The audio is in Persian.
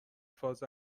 فاز